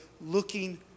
looking